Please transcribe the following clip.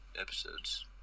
episodes